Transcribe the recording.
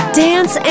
dance